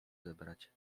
zebrać